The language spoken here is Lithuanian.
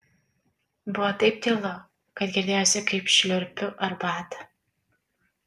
buvo taip tylu kad girdėjosi kaip šliurpiu arbatą